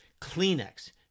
Kleenex